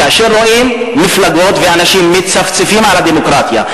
כאשר רואים מפלגות ואנשים מצפצפים על הדמוקרטיה,